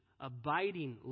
abiding